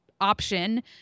option